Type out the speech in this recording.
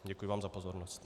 Děkuji vám za pozornost.